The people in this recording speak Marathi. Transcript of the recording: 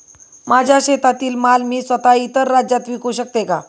माझ्या शेतातील माल मी स्वत: इतर राज्यात विकू शकते का?